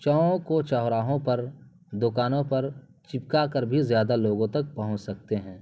چوک و چوراہوں پر دکانوں پر چپکا کر بھی زیادہ لوگوں تک پہنچ سکتے ہیں